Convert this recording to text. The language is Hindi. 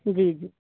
जी जी